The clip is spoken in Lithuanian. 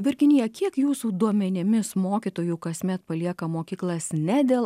virginija kiek jūsų duomenimis mokytojų kasmet palieka mokyklas ne dėl